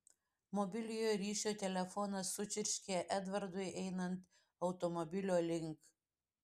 mobiliojo ryšio telefonas sučirškė edvardui einant automobilio link